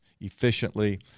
efficiently